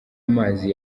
amazi